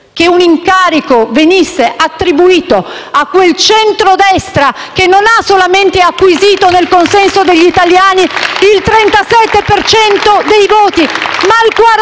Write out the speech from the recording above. che un incarico venisse attribuito a quel centrodestra che non ha solamente acquisito un consenso degli italiani pari al 37 per cento dei voti, ma il 43